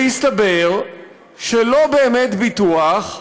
והסתבר שלא באמת ביטוח,